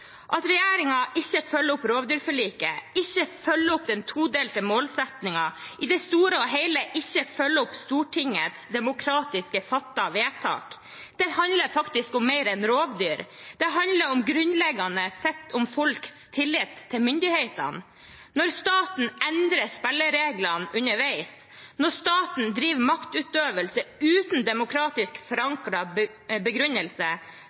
At regjeringen ikke følger opp rovdyrforliket, ikke følger opp den todelte målsettingen, i det store og hele ikke følger opp Stortingets demokratisk fattede vedtak, handler faktisk om mer enn rovdyr. Det handler grunnleggende sett om folks tillit til myndighetene. Når staten endrer spillereglene underveis, når staten bedriver maktutøvelse uten demokratisk